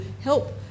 help